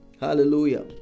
Hallelujah